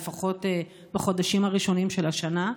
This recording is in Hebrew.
לפחות בחודשים הראשונים של השנה.